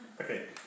Okay